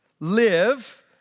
live